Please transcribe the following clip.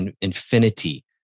infinity